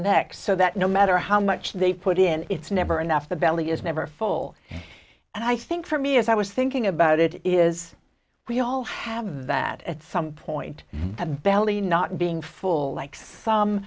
neck so that no matter how much they put in it's never enough the belly is never full and i think for me as i was thinking about it is we all have that at some point the belly not being full like some